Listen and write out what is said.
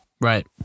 Right